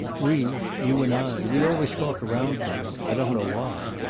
we you and i we always talk around things. i don't know why.